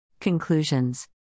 Conclusions